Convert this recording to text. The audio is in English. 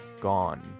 gone